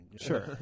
Sure